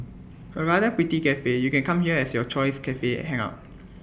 A rather pretty Cafe you can come here as your choice Cafe hangout